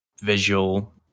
visual